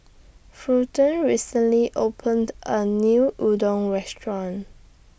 Fulton recently opened A New Udon Restaurant